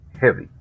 heavy